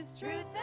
Truth